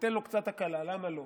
ניתן לו קצת הקלה, למה לא?